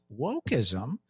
wokeism